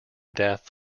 death